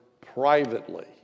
privately